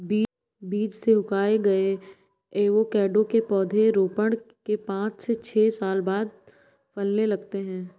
बीज से उगाए गए एवोकैडो के पौधे रोपण के पांच से छह साल बाद फलने लगते हैं